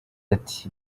ati